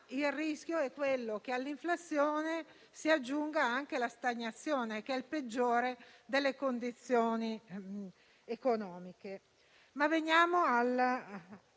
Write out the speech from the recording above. il rischio è quello che all'inflazione si aggiunga anche la stagnazione, che è la peggiore delle condizioni economiche.